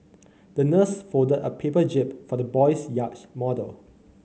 the nurse folded a paper jib for the boy's yacht model